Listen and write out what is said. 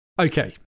Okay